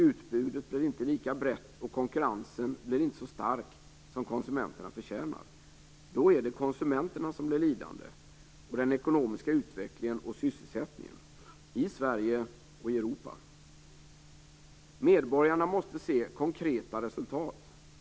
Utbudet blir inte lika brett, och konkurrensen blir inte så stark som konsumenterna förtjänar. Då är det konsumenterna som blir lidande och den ekonomiska utvecklingen och sysselsättningen i Sverige och i Europa. Medborgarna måste se konkreta resultat.